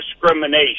discrimination